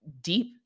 deep